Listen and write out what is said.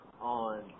on